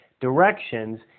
directions